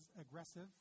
aggressive